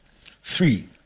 three